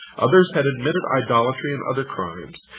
others had admitted idolatry and other crimes.